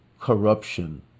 corruption